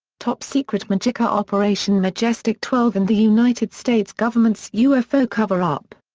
top secret majic ah operation majestic twelve and the united states government's ufo cover-up.